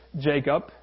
Jacob